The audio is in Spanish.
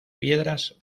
piedras